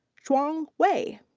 shuang wei.